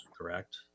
correct